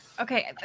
Okay